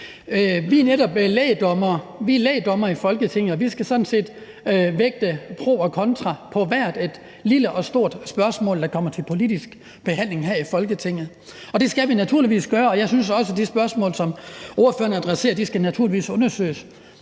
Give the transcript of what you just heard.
netop lægdommere i Folketinget, og vi skal sådan set vægte pro et contra på hvert et lille og stort spørgsmål, der kommer til politisk behandling her i Folketinget. Det skal vi naturligvis gøre, og jeg synes også, at de spørgsmål, som ordføreren adresserer, naturligvis skal undersøges.